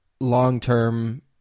long-term